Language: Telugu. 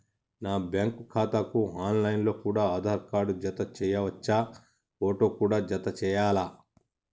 నా బ్యాంకు ఖాతాకు ఆన్ లైన్ లో కూడా ఆధార్ కార్డు జత చేయవచ్చా ఫోటో కూడా జత చేయాలా?